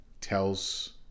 tells